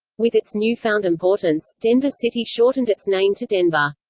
with its newfound importance, denver city shortened its name to denver.